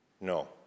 No